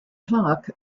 clark